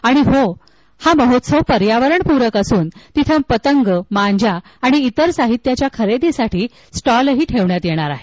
आणि हो महोत्सव पर्यावरण पूरक असून तिथं पतंग मांजा इतर साहित्य खरेदीसाठी स्टॉल ठेवण्यात येणार आहेत